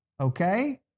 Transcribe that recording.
Okay